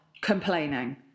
complaining